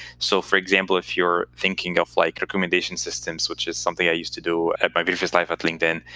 so for example, if you're thinking of like recommendation systems, which is something i used to do at my previous life at linkedin,